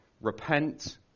repent